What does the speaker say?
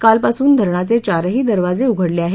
कालपासून धरणाचे चारही दरवाजे उघडले आहेत